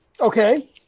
Okay